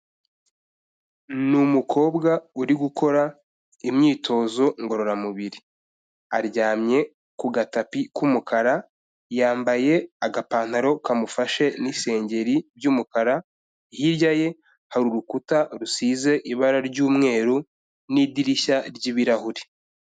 Ni umukobwa uri gukora imyitozo ngororamubiri, aryamye ku gatapi k'umukara, yambaye agapantaro kamufashe n'isengeri by'umukara, hirya ye hari urukuta rusize ibara ry'umweru n'idirishya ry'ibirahuri.